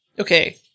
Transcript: Okay